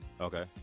Okay